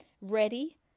ready